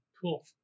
Cool